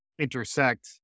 intersect